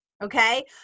okay